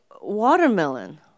watermelon